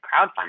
crowdfunding